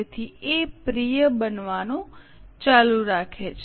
તેથી એ પ્રિય બનવાનું ચાલુ રાખે છે